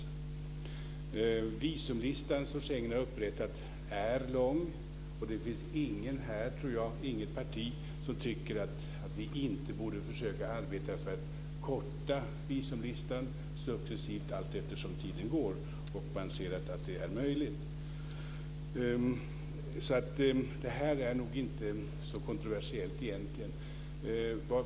Den visumlista som Schengen har upprättat är lång, och jag tror inte det finns något parti här som inte tycker att vi inte borde försöka arbeta för att successivt korta visumlistan allteftersom tiden går och man ser att det är möjligt. Det här är alltså nog egentligen inte så kontroversiellt.